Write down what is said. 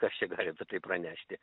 kas čia gali apie tai pranešti